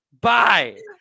Bye